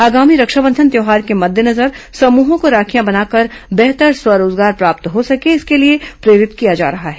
आगामी रक्षाबंधन त्यौहार के मद्देनजर समूहों को राखियां बनाकर बेहतर स्व रोजगार प्राप्त हो सके इसके लिए प्रेरित किया जा रहा है